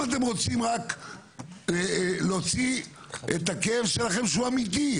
אם אתם רוצים רק להוציא את הכאב שלכם שהוא אמיתי,